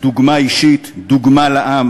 דוגמה אישית, דוגמה לעם